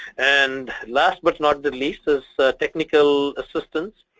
and last but not the least is technical assistance.